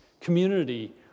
community